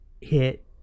hit